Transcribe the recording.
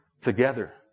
together